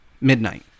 midnight